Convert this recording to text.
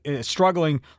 struggling